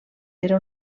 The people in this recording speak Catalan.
era